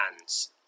hands